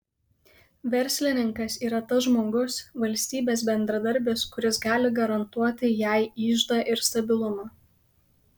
verslininkas yra tas žmogus valstybės bendradarbis kuris gali garantuoti jai iždą ir stabilumą